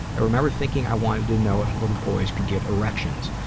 i remember thinking i wanted to know if little boys could get erections.